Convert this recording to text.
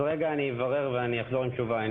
אברר ואחזור עם תשובה.